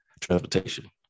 transportation